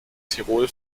tirol